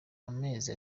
amezi